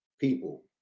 people